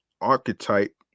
archetype